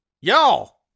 Y'all